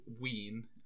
Ween